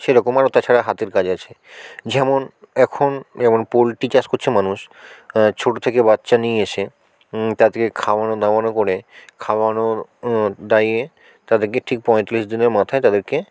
সেরকম আরো তাছাড়া হাতের কাজ আছে যেমন এখন যেমন পোলট্রি চাষ করছে মানুষ ছোটো থেকে বাচ্চা নিয়ে এসে তাদেরকে খাওয়ানো দাওয়ানো করে খাওয়ানোর দাইয়ে তাদেরকে ঠিক পঁয়তাল্লিশ দিনের মাথায় তাদেরকে